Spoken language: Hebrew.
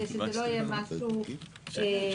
כדי שזה לא יהיה משהו אמורפי.